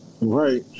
Right